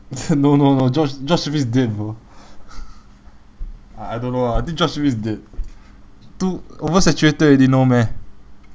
no no no job job street is dead bro I I don't know ah I think job street is dead too oversaturated already no meh